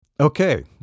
Okay